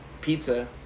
pizza